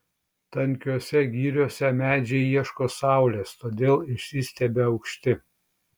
tankiose giriose medžiai ieško saulės todėl išsistiebia aukšti